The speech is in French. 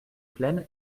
pleine